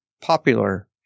popular